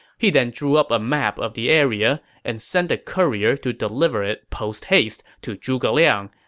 he then drew up a map of the area and sent a courier to deliver it posthaste to zhuge liang,